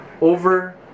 over